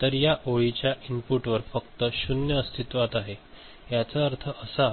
तर या ओळीच्या इनपुटवर फक्त 0 अस्तित्त्वात आहे याचा अर्थ असा